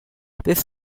this